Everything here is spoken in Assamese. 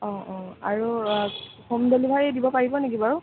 অঁ অঁ আৰু হোম ডেলিভেৰি দিব পাৰিব নেকি বাৰু